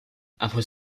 après